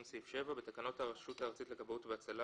תקנות הרשות הארצית לכבאות והצלה